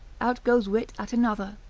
out goes wit at another.